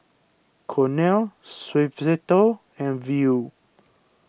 Cornell Suavecito and Viu